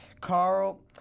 Carl